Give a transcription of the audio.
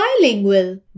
bilingual